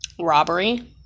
Robbery